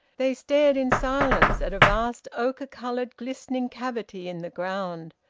they stared in silence at a vast ochre's-coloured glistening cavity in the ground,